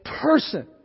person